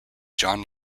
john